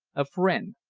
a friend.